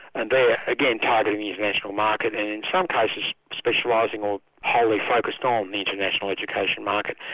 and they're again targeting the international market and, in some cases, specialising or wholly focused on the international education market.